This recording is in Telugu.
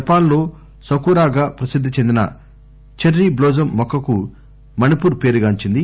జపాన్ లో సకూరాగా ప్రసిద్ధి చెందిన చెర్రిట్లోజోమ్ మొక్కకు మణిపూర్ పేరుగాంచింది